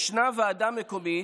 ישנה ועדה מקומית,